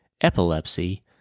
epilepsy